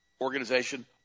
organization